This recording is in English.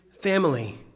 Family